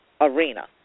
arena